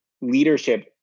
leadership